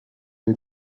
või